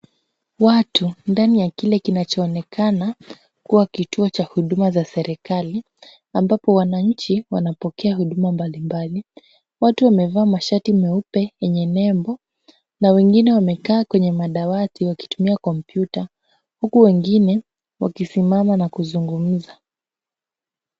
Watu ndani ya kile kinachoonekana kuwa kituo cha huduma za serikali, ambapo wananchi wanapokea huduma mbali mbali. Watu wamevaa mashati meupe yenye nembo na wengine wamekaa kwenye madawati wakitumia kompyuta, huku wengine wakisimama na kuzungumza.